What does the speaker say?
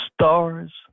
Stars